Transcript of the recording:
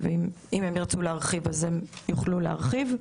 ואם הם ירצו להרחיב אז הם יוכלו להרחיב.